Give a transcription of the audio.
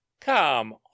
Come